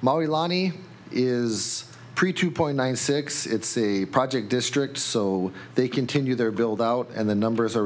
molly loni is pretty two point one six it's a project district so they continue their build out and the numbers are